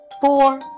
four